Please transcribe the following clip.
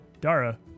Dara